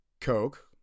coke